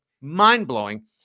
mind-blowing